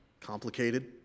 complicated